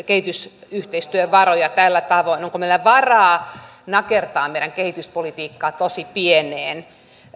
kehitysyhteistyövaroja tällä tavoin onko meillä varaa nakertaa meidän kehityspolitiikkaa tosi pieneen